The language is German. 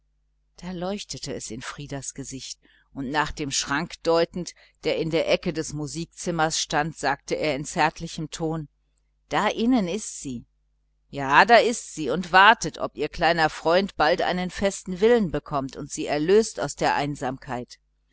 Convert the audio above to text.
da leuchtete es in frieders gesicht und nach dem großen schrank deutend der in der ecke des musikzimmers stand sagte er mit zärtlichem ton da innen ist sie ja da ist sie und wartet ob ihr kleiner freund bald einen festen willen bekommt und sie erlöst aus der einsamkeit